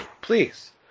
please